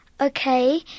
Okay